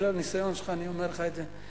בגלל הניסיון שלך אני אומר לך את זה.